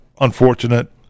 unfortunate